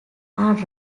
are